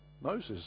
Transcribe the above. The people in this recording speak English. Moses